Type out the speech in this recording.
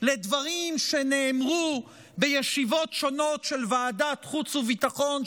לדברים שנאמרו בישיבות שונות של ועדת החוץ והביטחון,